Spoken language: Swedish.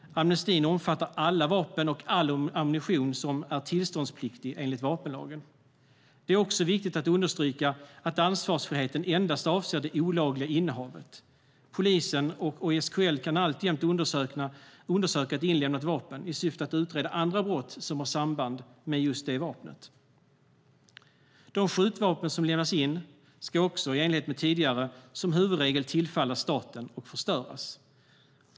Amnestin omfattar alla vapen och all ammunition som är tillståndspliktig enligt vapenlagen. Det är viktigt att understryka att ansvarsfriheten endast avser det olagliga innehavet. Polisen och SKL kan alltjämt undersöka ett inlämnat vapen i syfte att utreda andra brott som har samband med just det vapnet. De skjutvapen som lämnas in ska i enlighet med hur det var tidigare som huvudregel tillfalla staten och förstöras.